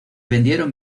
vendieron